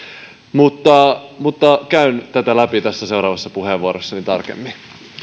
mutta mutta käyn tätä läpi seuraavassa puheenvuorossani tarkemmin